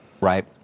Right